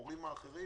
למורים האחרים,